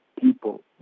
people